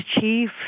chief